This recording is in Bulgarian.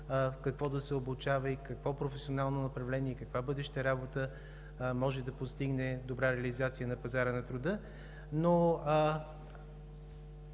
какво да се обучава и в какво професионално направление и каква бъдеща работа може да постигне добра реализация на пазара на труда.